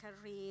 career